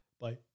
Bye